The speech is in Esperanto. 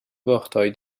vortoj